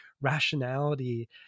rationality